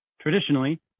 Traditionally